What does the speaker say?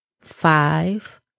five